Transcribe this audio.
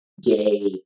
gay